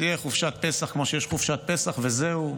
תהיה חופשת פסח כמו שיש חופשת פסח, וזהו.